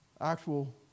actual